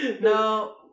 No